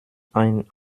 ein